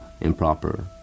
improper